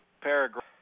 paragraph